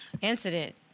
incident